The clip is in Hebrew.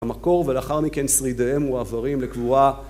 המקור ולאחר מכן שרידיהם מועברים לקבורה